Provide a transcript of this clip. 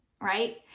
right